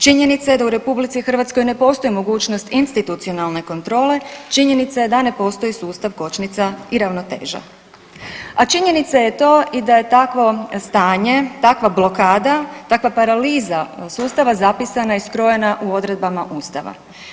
Činjenica je da u RH ne postoji mogućnost institucionalne kontrole, činjenica je da ne postoji sustav kočnica i ravnoteža, a činjenica je to i da je takvo stanje, takva blokada, takva paraliza sustava zapisana i skrojena u odredbama ustava.